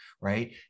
right